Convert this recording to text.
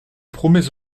promets